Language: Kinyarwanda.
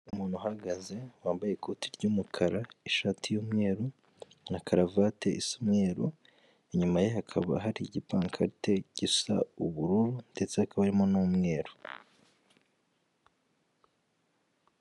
Umuntu uhagaze wambaye ikoti ry'umukara ishati y'umweru na karuvati isa umweru inyuma ye hakaba hari igipakarite gisa ubururu ndetse hakaba harimo n'umweru.